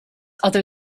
other